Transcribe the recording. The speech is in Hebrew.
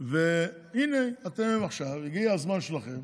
הינה, עכשיו אתם, הגיע הזמן שלכם,